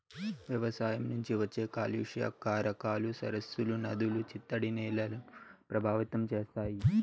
వ్యవసాయం నుంచి వచ్చే కాలుష్య కారకాలు సరస్సులు, నదులు, చిత్తడి నేలలను ప్రభావితం చేస్తాయి